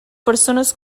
persones